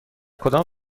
کدام